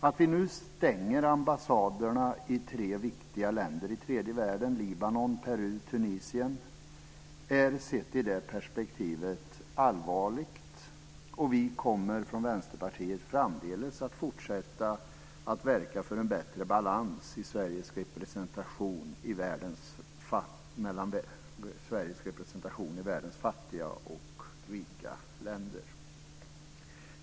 Att vi nu stänger ambassaderna i tre viktiga länder i tredje världen - Libanon, Peru och Tunisien - är sett i det perspektivet allvarligt. Vi kommer från Vänsterpartiet framdeles att fortsätta verka för en bättre balans i Sveriges representation mellan världens fattiga och rika länder.